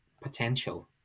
potential